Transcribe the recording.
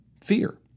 fear